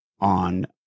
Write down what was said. on